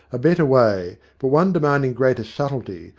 a better way, but one demanding greater subtlety,